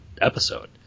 episode